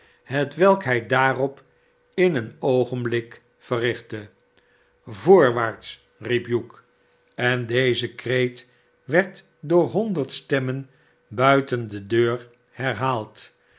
hetwelk hij daarop in een oogenblik verrichtte svoorwaarts riep hugh en deze kreet werd door honderd stemmen buiten de deur herhaald